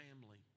family